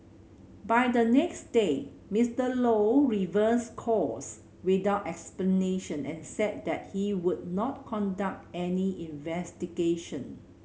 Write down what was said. by the next day Mister Low reversed course without explanation and said that he would not conduct any investigation